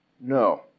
No